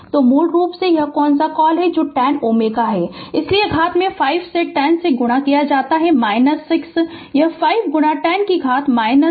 तो मूल रूप से यह कौन सा कॉल है जो 10 Ω है इसलिए घात में 5 से 10 से गुणा किया जाता है - 6 तो यह 5 गुणा 10 कि घात 5 सेकंड होगा